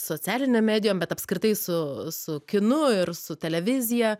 socialinėm medijom bet apskritai su su kinu ir su televizija